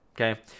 Okay